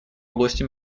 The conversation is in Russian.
области